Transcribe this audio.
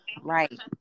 Right